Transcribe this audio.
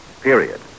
Period